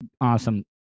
awesome